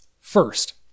First